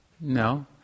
No